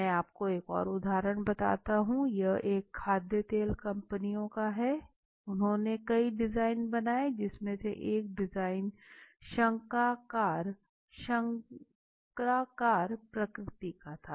मैं आपको एक और उदाहरण बताता हूं यह एक खाद्य तेल कंपनिय का हैं उन्होंने कई डिज़ाइन बनाए हैं उनमें से एक डिजाइन शंक्वाकार प्रकृति का था